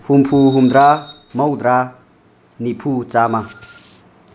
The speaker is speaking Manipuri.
ꯍꯨꯝꯐꯨ ꯍꯨꯝꯗ꯭ꯔꯥ ꯃꯧꯗ꯭ꯔꯥ ꯅꯤꯐꯨ ꯆꯥꯝꯃ